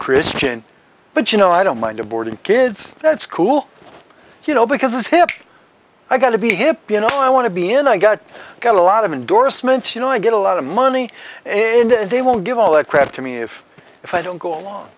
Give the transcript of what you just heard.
christian but you know i don't mind the boarding kids that's cool you know because it's hip i got to be hip you know i want to be in i got a lot of endorsements you know i get a lot of money and they will give all the credit to me if i don't go along